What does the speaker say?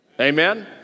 Amen